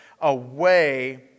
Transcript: away